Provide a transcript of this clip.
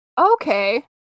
okay